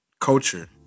culture